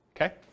okay